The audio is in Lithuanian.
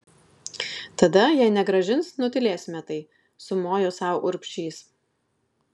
tada jei negrąžins nutylėsime tai sumojo sau urbšys